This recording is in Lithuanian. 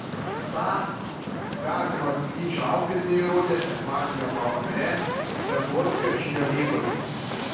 tą kazio maksvyčio auklėtiniai įrodė sekmadienio pavakarę lietuvos krepšinio lygoje